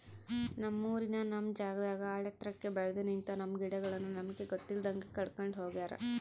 ನಮ್ಮೂರಿನ ನಮ್ ಜಾಗದಾಗ ಆಳೆತ್ರಕ್ಕೆ ಬೆಲ್ದು ನಿಂತ, ನಮ್ಮ ಗಿಡಗಳನ್ನು ನಮಗೆ ಗೊತ್ತಿಲ್ದಂಗೆ ಕಡ್ಕೊಂಡ್ ಹೋಗ್ಯಾರ